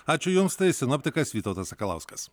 ačiū jums tai sinoptikas vytautas sakalauskas